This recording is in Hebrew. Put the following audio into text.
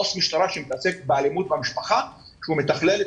עובד סוציאלי משטרה שמתעסק באלימות במשפחה והוא מתכלל את